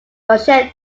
goshen